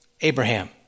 Abraham